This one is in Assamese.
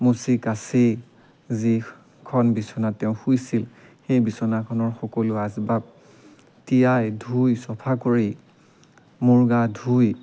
মুচি কাচি যিখন বিচনাত তেওঁ শুইছিল সেই বিচনাখনৰ সকলো আচবাব তিয়াই ধুই চফা কৰি মূৰ গা ধুই